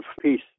peace